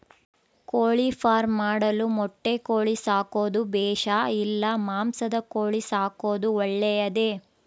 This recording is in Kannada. ಕೋಳಿಫಾರ್ಮ್ ಮಾಡಲು ಮೊಟ್ಟೆ ಕೋಳಿ ಸಾಕೋದು ಬೇಷಾ ಇಲ್ಲ ಮಾಂಸದ ಕೋಳಿ ಸಾಕೋದು ಒಳ್ಳೆಯದೇ?